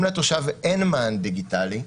אם לתושב אין מען דיגיטלי,